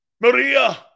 Maria